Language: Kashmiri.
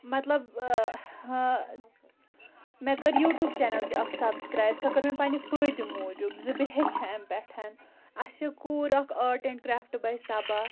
مطلب مےٚ کٔر یوٹوٗب چیٚنل تہِ اکھ سبسکرایب سۄ کٔر مےٚ پَنٕنہِ فٲیدٕ موٗجوٗب زِ بہٕ ہٮ۪چھہِ اَمہِ پٮ۪ٹھ اَسہِ چھِ کوٗر اکھ art and craft by Saba